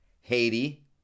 Haiti